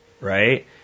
Right